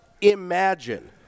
imagine